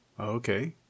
Okay